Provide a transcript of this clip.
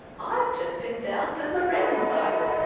i've just been down to lorenzo's,